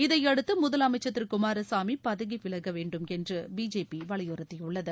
இதையடுத்து முதலமைச்சர் திரு குமாரசாமி பதவி விலக வேண்டும் என்று பிஜேபி வலியுறுத்தியுள்ளது